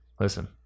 listen